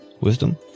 Wisdom